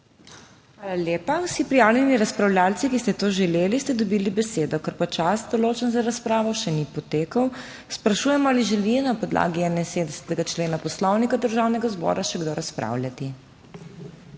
Hvala. Vsi prijavljeni razpravljavci, ki ste to želeli, ste dobili besedo. Ker čas določen za razpravo še ni potekel, sprašujem, ali želi na podlagi 71. člena Poslovnika Državnega zbora še kdo razpravljati?